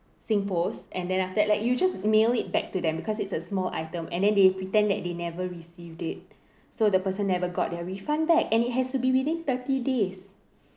SingPost and then after that like you just mail it back to them because it's a small item and then they pretend that they never received it so the person never got their refund back and it has to be within thirty days